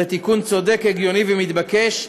זה תיקון צודק, הגיוני ומתבקש,